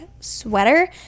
sweater